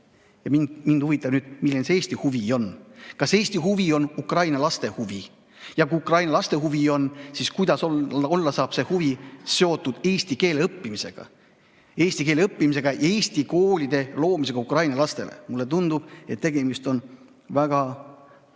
Mind huvitab nüüd, milline see Eesti huvi on. Kas Eesti huvi on ukraina laste huvi? Ja kui see on ukraina laste huvi, siis kuidas saab see huvi olla seotud eesti keele õppimisega ja eesti koolide loomisega ukraina lastele? Mulle tundub, et tegemist on väga